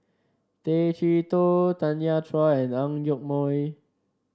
Tay Chee Toh Tanya Chua and Ang Yoke Mooi